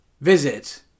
visit